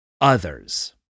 Others